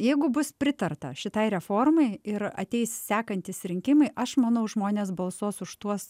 jeigu bus pritarta šitai reformai ir ateis sekantys rinkimai aš manau žmonės balsuos už tuos